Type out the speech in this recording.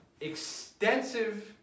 extensive